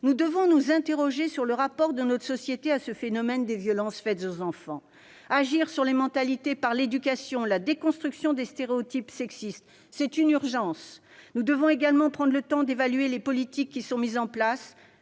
nous devons nous interroger sur le rapport de notre société à ce phénomène des violences faites aux enfants, agir sur les mentalités par l'éducation, la déconstruction des stéréotypes sexistes. C'est une urgence. Nous devons également prendre le temps d'évaluer les politiques qui sont mises en place,